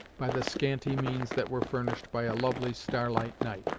by the scanty means that were furnished by a lovely star-light night.